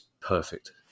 perfect